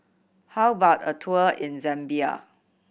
how about a tour in Zambia